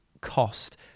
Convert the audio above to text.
cost